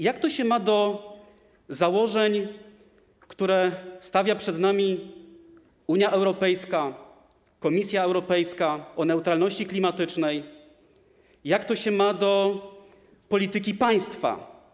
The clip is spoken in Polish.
Jak to się ma do założeń, które stawia przed nami Unia Europejska, Komisja Europejska, do dążenia do neutralności klimatycznej, jak to się ma do polityki państwa?